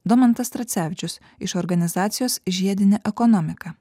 domantas tracevičius iš organizacijos žiedinė ekonomika